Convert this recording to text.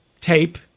tape